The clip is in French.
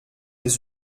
des